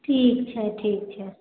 ठीक छै ठीक छै